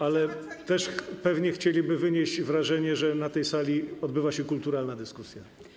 Ale też pewnie chcieliby wynieść wrażenie, że na tej sali odbywa się kulturalna dyskusja.